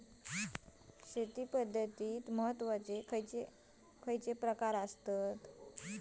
शेती पद्धतीचे महत्वाचे प्रकार खयचे आसत?